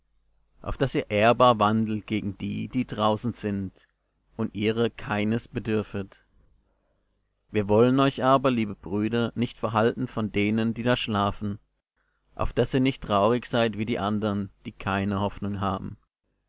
auf daß ihr ehrbar wandelt gegen die die draußen sind und ihrer keines bedürfet wir wollen euch aber liebe brüder nicht verhalten von denen die da schlafen auf daß ihr nicht traurig seid wie die andern die keine hoffnung haben